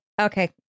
okay